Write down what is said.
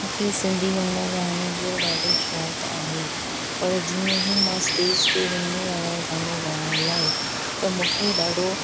मूंखे सिंधी गाना ॻाइण जो ॾाढो शौंक़ु आहे पर जीअं ही मां स्टेज ते वेंदी आहियां गानो ॻाइण लाइ त मूंखे ॾाढो